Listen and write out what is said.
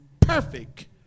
perfect